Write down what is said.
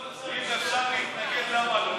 התשע"ז 2017, נתקבל.